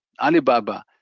Alibaba